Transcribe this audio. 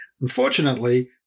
Unfortunately